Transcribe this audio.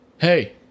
Hey